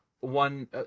one